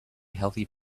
healthy